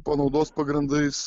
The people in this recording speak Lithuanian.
panaudos pagrindais